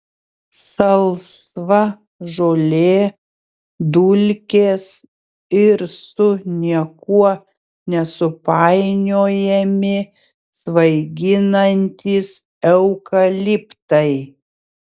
salsva žolė dulkės ir su niekuo nesupainiojami svaiginantys eukaliptai